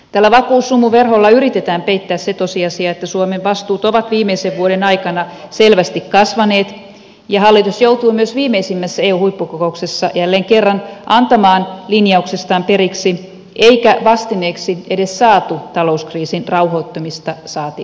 tällä vakuussumuverholla yritetään peittää se tosiasia että suomen vastuut ovat viimeisen vuoden aikana selvästi kasvaneet ja hallitus joutui myös viimeisimmässä eun huippukokouksessa jälleen kerran antamaan linjauksestaan periksi eikä vastineeksi edes saatu talouskriisin rauhoittumista saati ratkaisua